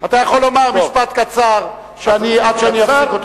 אתה יכול לומר משפט קצר עד שאני אפסיק אותך.